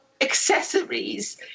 accessories